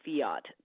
fiat